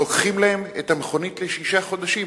לוקחים להם את המכונית לשישה חודשים.